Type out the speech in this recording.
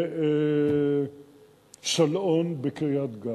ו"שלאון" בקריית-גת.